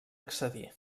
accedir